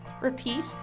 Repeat